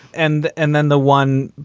and and then the one,